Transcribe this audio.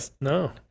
No